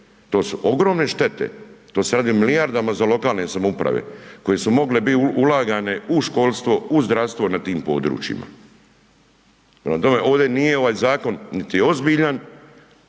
To su ogromne štete, to se radi o milijardama za lokalne samouprave koje su mogle biti ulagane u školstvo, u zdravstvo na tim područjima. Ovde nije ovaj zakon niti ozbiljan,